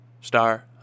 star